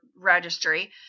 registry